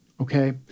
okay